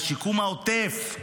לשיקום העוטף,